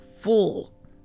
full